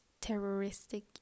terroristic